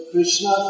Krishna